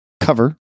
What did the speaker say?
cover